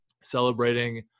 celebrating